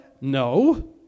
no